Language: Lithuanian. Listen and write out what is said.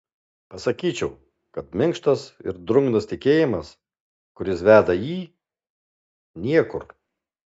pasakyčiau kad minkštas ir drungnas tikėjimas kuris veda į niekur